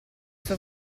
sua